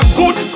good